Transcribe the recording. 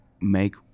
make